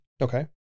Okay